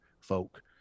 folk